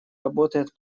работает